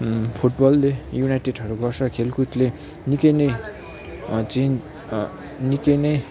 फुटबलले युनाइटेडहरू गर्छ खेलकुदले निकै नै चाहिँ निकै नै